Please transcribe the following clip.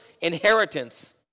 inheritance